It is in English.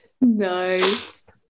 Nice